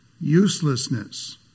uselessness